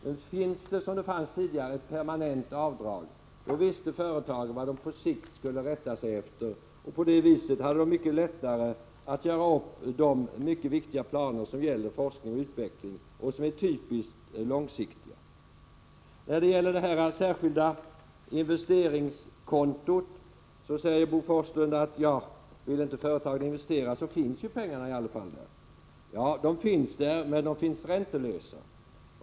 Om det, som tidigare, fanns ett permanent avdrag visste företagen vad de på sikt skulle rätta sig efter. På det viset hade de mycket lättare att göra upp de många viktiga planer som gäller forskning och utveckling, och som är typiskt långsiktiga. Beträffande det särskilda investeringskontot säger Bo Forslund, att om företagen inte vill investera, finns pengarna i alla fall där. Ja, de finns där, men de är räntelösa.